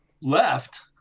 left